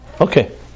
Okay